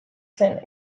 zen